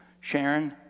Sharon